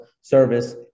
service